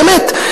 באמת.